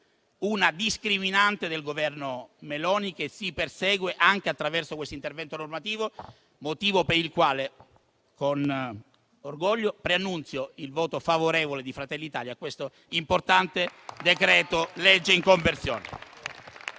una discriminante del Governo Meloni, che persegue anche attraverso questo intervento normativo. Questo è il motivo per il quale, con orgoglio, preannunzio il voto favorevole di Fratelli d'Italia su questo importante provvedimento.